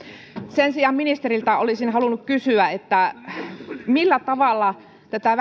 sen sijaan ministeriltä olisin halunnut kysyä millä tavalla tätä